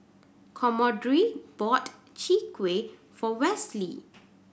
Commodore bought Chwee Kueh for Wesley